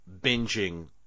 binging